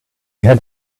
had